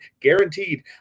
guaranteed